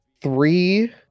three